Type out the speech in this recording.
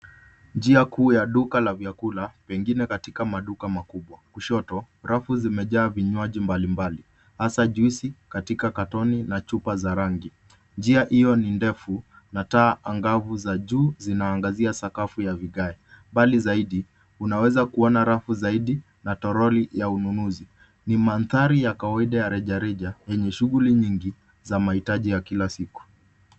Njia kuu ya duka la vyakula, pengine katika maduka makubwa. Kushoto, rafu zimejaa vinywaji mbalimbali, hasa juisi katika katika katoni na chupa za rangi. Njia hiyo ni ndefu na taa angavu za juu zinaangazia sakafu ya vigae. Mbali zaidi, unaweza kuona rafu zaidi na toroli ya ununuzi. Ni mandhari ya kawaida ya rejareja yenye shughuli nyingi za mahitaji ya kila siku.